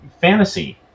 fantasy